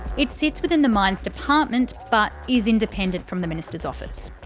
it sits within the mines department but is independent from the minister's office.